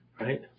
right